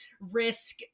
risk